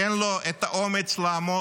אין לו את האומץ לעמוד